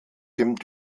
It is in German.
dem